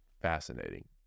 fascinating